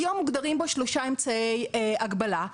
כיום מוגדרים בו שלושה אמצעי הגבלה,